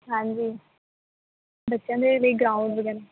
ਹਾਂਜੀ ਬੱਚਿਆਂ ਦੇ ਲਈ ਗਰਾਊਂਡ ਵਗੈਰਾ